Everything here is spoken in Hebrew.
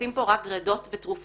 עושים פה רק גרידות ותרופתי.